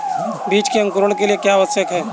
बीज के अंकुरण के लिए क्या आवश्यक है?